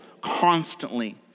constantly